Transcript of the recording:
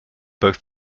both